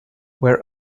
where